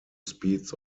speeds